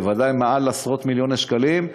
בוודאי מעל עשרות-מיליוני שקלים,